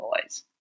boys